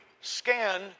scan